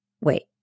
Wait